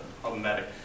problematic